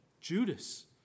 Judas